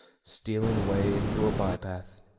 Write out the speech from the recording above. stealing away into a by-path,